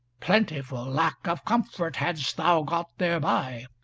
plentiful lack of comfort hadst thou got thereby,